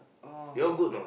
oh